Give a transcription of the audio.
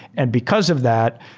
and because of that,